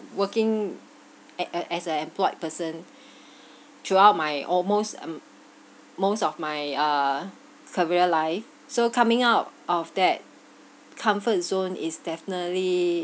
working at uh as a employed person throughout my almost um most of my uh career life so coming out of that comfort zone is definitely